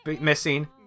missing